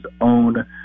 own